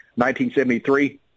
1973